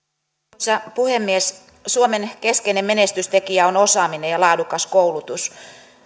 arvoisa puhemies suomen keskeinen menestystekijä on osaaminen ja laadukas koulutus